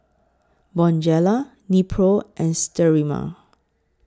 Bonjela Nepro and Sterimar